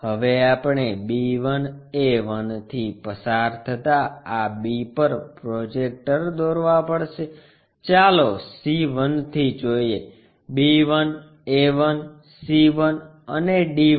હવે આપણે b 1 a 1 થી પસાર થતા આ b પર પ્રોજેક્ટર દોરવા પડશે ચાલો c 1 થી જોઈએ b 1 a 1 c 1 અને d 1